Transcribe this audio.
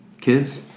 kids